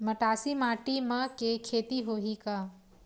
मटासी माटी म के खेती होही का?